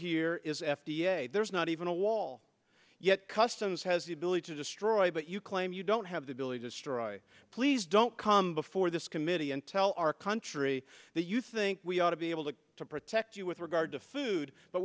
here is f d a there's not even a wall yet customs has the ability to destroy but you claim you don't have the ability destroy please don't come before this committee and tell our entry that you think we ought to be able to protect you with regard to food but